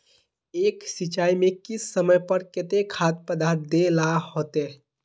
एक सिंचाई में किस समय पर केते खाद पदार्थ दे ला होते?